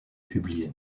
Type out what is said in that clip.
publiés